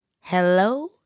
Hello